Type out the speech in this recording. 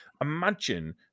Imagine